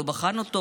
לא בחן אותו,